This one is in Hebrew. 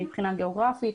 בין אם מבחינה גיאוגרפית.